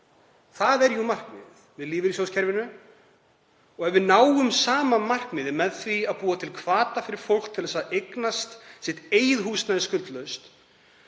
Það er markmiðið með lífeyrissjóðakerfinu. Ef við náum sama markmiði með því að búa til hvata fyrir fólk til að eignast sitt eigið húsnæði skuldlaust